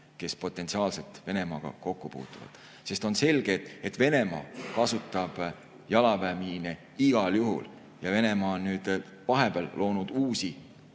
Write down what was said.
kes potentsiaalselt Venemaaga kokku puutuvad. On selge, et Venemaa kasutab jalaväemiine igal juhul. Venemaa on vahepeal loonud uusi